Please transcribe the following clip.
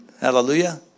Hallelujah